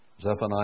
Zephaniah